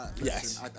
Yes